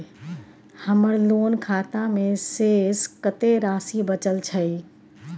हमर लोन खाता मे शेस कत्ते राशि बचल छै?